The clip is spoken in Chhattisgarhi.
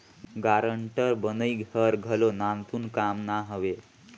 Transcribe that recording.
गारंटर बनई हर घलो नानसुन काम ना हवे